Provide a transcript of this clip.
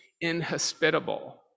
inhospitable